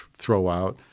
throwout